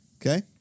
Okay